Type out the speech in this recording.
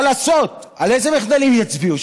מה לעשות, על איזה מחדלים יצביעו?